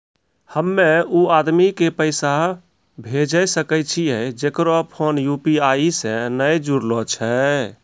हम्मय उ आदमी के पैसा भेजै सकय छियै जेकरो फोन यु.पी.आई से नैय जूरलो छै?